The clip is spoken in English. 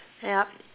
yup